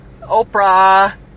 Oprah